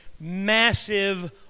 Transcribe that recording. massive